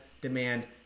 demand